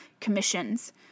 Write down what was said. commissions